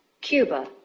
Cuba